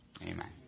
Amen